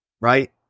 right